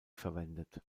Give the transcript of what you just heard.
verwendet